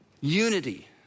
unity